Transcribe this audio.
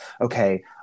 okay